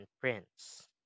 Prince